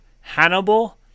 Hannibal